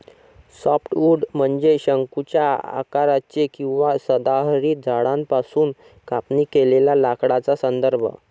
softwood म्हणजे शंकूच्या आकाराचे किंवा सदाहरित झाडांपासून कापणी केलेल्या लाकडाचा संदर्भ